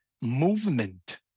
movement